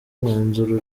umwanzuro